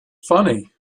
funny